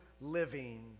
living